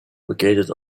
located